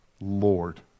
Lord